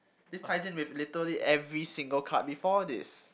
this ties in with literally every single card before this